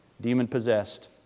demon-possessed